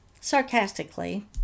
sarcastically